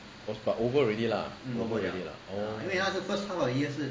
but over already lah orh